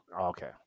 Okay